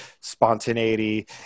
spontaneity